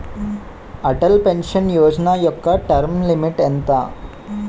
Atal pension Yojana యెక్క term limit ఎంత?